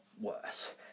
worse